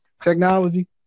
technology